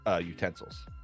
utensils